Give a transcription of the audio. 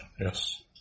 Yes